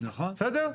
בסדר?